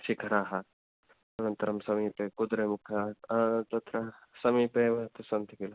शिखरः अनन्तरं समीपे कुद्रेमुख तत्र समीपे एव अत्र सन्ति किल